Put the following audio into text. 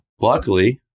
luckily